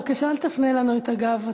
בבקשה אל תפנה לנו את הגב.